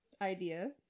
idea